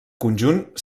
conjunt